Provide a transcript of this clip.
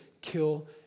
kill